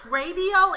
radio